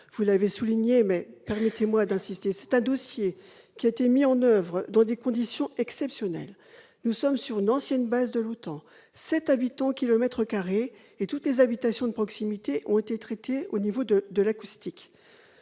vous l'avez souligné, mais permettez-moi d'y revenir. C'est un dossier qui a été mis en oeuvre dans des conditions exceptionnelles. Nous sommes sur une ancienne base de l'OTAN, avec 7 habitants au kilomètre carré, et toutes les habitations de proximité ont été traitées du point de vue acoustique.